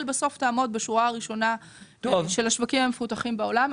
בסוף תעמוד בשורה הראשונה של השווקים המפותחים בעולם.